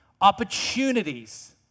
opportunities